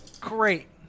Great